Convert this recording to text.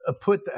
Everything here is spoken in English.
put